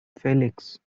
felix